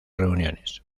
reuniones